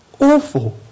awful